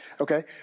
okay